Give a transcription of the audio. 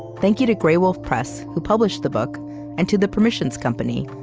thank you to graywolf press, who published the book and to the permissions company,